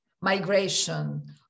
migration